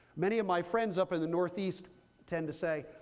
many of my friends up in the northeast tend to say,